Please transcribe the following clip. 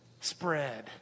spread